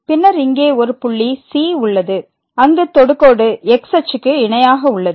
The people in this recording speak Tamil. பின்னர் இங்கு ஒரு புள்ளி c உள்ளது அங்கு தொடுகோடு x − அச்சுக்கு இணையாக உள்ளது